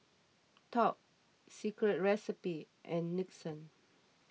Top Secret Recipe and Nixon